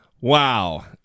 Wow